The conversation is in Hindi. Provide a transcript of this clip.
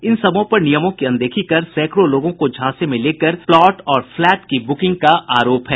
इन सबों पर नियमों की अनदेखी कर सैकड़ों लोगों को झांसे में लेकर प्लॉट और फ्लैट की बुकिंग का आरोप है